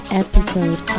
episode